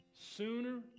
sooner